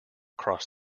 cross